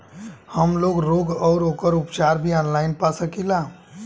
हमलोग रोग अउर ओकर उपचार भी ऑनलाइन पा सकीला?